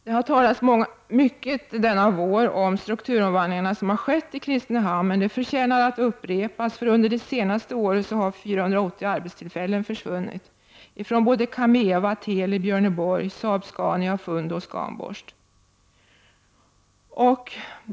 Det har talats mycket under våren om strukturomvandlingen i Kristinehamn. Det förtjänar att upprepas. Under det senaste året har 480 arbetstillfällen försvunnit vid KaMeWa, Teli, Björneborg, Saab-Scania, Fundo och Scan Borst.